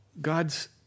God's